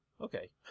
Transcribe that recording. Okay